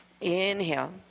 Inhale